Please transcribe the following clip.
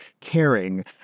caring